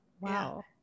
Wow